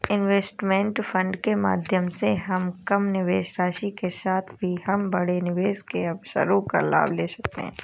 investment fund के माध्यम से हम कम निवेश राशि के साथ भी हम बड़े निवेश के अवसरों का लाभ ले सकते हैं